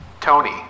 Tony